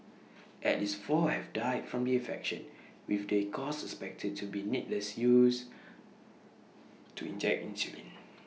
at least four have died from the infection with the cause suspected to be needles used to inject insulin